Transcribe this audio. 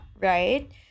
right